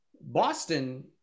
Boston